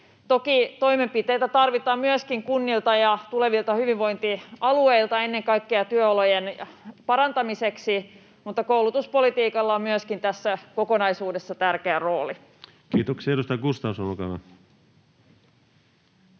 Toki toimenpiteitä tarvitaan myöskin kunnilta ja tulevilta hyvinvointialueilta ennen kaikkea työolojen parantamiseksi, mutta koulutuspolitiikalla on myöskin tässä kokonaisuudessa tärkeä rooli. [Speech 81] Speaker: